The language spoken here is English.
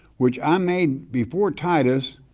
which i made before titus,